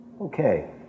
Okay